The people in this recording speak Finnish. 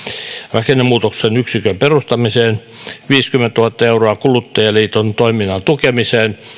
rakennemuutoksen yksikön perustamiseen sekä viisikymmentätuhatta euroa kuluttajaliiton toiminnan tukemiseen